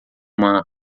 mar